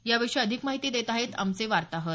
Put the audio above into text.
याविषयी अधिक माहिती देत आहेत आमचे वार्ताहर